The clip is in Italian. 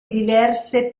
diverse